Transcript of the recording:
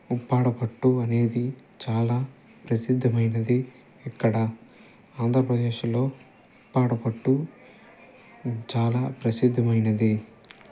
ఉప్పాడ పట్టు అనేది చాలా ప్రసిద్ధమైనది ఇక్కడ ఆంధ్రప్రదేశులో ఉప్పాడ పట్టు చాలా ప్రసిద్ధమైనది